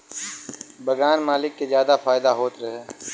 बगान मालिक के जादा फायदा होत रहे